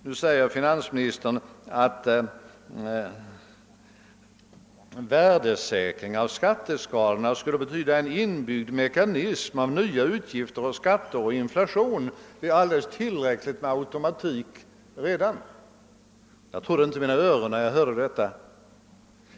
Nu säger finansministern att en värdesäkring av skatteskalorna skulle betyda en inbyggd mekanism av nya utgifter, skatter och inflation; det är alldeles tillräckligt med automatik redan nu. Jag trodde inte mina öron när jag hörde detta.